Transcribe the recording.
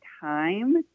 time